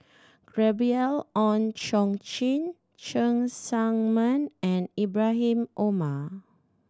Gabriel Oon Chong Jin Cheng Tsang Man and Ibrahim Omar